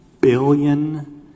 billion